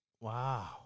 Wow